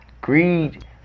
Greed